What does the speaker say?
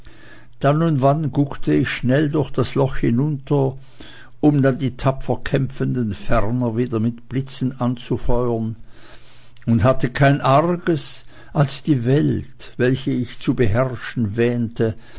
dann und wann guckte ich schnell durch das loch hinunter um dann die tapfer kämpfenden ferner wieder mit blitzen anzufeuern und hatte kein arges als die welt welche ich zu beherrschen wähnte